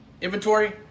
inventory